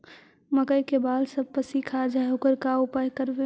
मकइ के बाल सब पशी खा जा है ओकर का उपाय करबै?